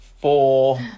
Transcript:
four